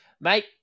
Mate